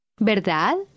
¿Verdad